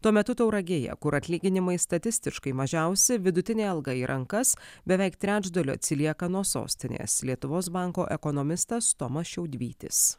tuo metu tauragėje kur atlyginimai statistiškai mažiausi vidutinė alga į rankas beveik trečdaliu atsilieka nuo sostinės lietuvos banko ekonomistas tomas šiaudvytis